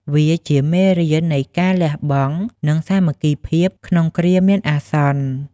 វាជាមេរៀននៃការលះបង់ និងសាមគ្គីភាពក្នុងគ្រាមានអាសន្ន។